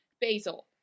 basil